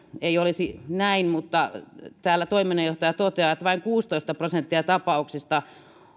ei olisi näin mutta täällä toiminnanjohtaja toteaa että vain kuusitoista prosenttia tapauksista